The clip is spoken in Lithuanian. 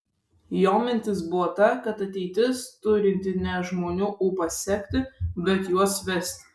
jo mintis buvo ta kad ateitis turinti ne žmonių ūpą sekti bet juos vesti